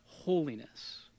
holiness